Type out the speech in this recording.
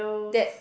that